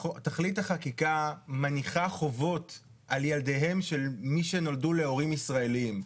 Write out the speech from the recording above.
תכלית החקיקה מניחה חובות על ילדיהם של מי שנולדו להורים ישראלים,